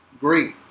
Great